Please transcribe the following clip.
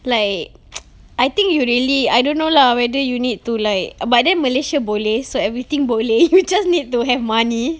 like I think you really I don't know lah whether you need to like but then malaysia boleh so everything boleh you just need to have money